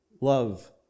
love